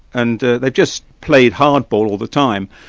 and they've just played hardball all the time.